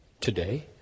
today